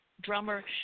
drummer